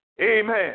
amen